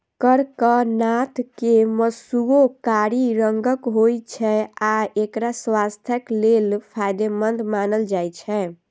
कड़कनाथ के मासुओ कारी रंगक होइ छै आ एकरा स्वास्थ्यक लेल फायदेमंद मानल जाइ छै